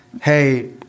Hey